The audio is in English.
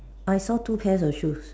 I saw two pairs of shoes